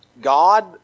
God